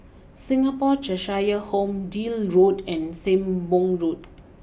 Singapore Cheshire Home Deal Road and Sembong Road